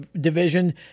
division